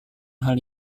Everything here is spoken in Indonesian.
hal